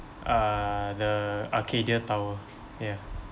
uh the arcadia tower ya